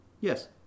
Yes